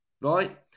right